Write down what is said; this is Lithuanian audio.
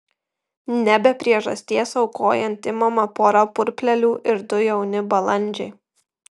ne be priežasties aukojant imama pora purplelių ir du jauni balandžiai